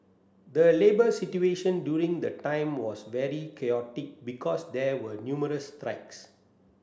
the labour situation during the time was very chaotic because there were numerous strikes